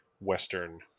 Western